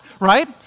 right